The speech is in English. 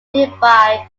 nearby